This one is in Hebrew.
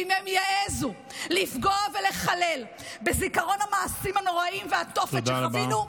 ואם הם יעזו לפגוע ולחלל בזיכרון המעשים הנוראיים והתופת שחווינו,